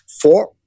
four